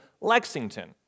Lexington